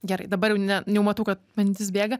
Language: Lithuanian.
gerai dabar jau ne jau matau kad mintis bėga